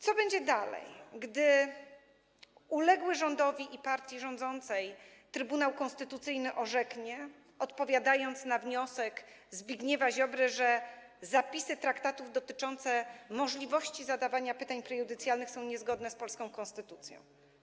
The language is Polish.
Co będzie dalej, gdy uległy rządowi i partii rządzącej Trybunał Konstytucyjny orzeknie, odpowiadając na wniosek Zbigniewa Ziobry, że zapisy traktatów dotyczące możliwości zadawania pytań prejudycjalnych są niezgodne z polską konstytucją?